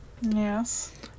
Yes